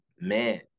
man